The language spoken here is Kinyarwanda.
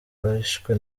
bishwe